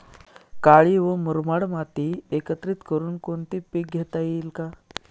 काळी व मुरमाड माती एकत्रित करुन कोणते पीक घेता येईल का?